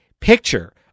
picture